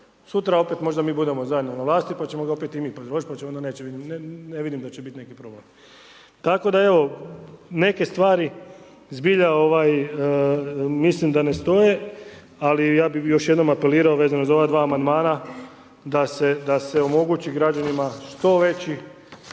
Sutra opet možda mi budemo zajedno na vlasti pa ćemo ga opet i mi predložiti pa onda neće biti, ne vidim da će biti nekih problema. Tako da evo neke stvari zbilja mislim da ne stoje, ali ja bih još jednom apelirao vezano za ova dva amandmana da se omogući građanima što veći